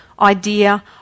idea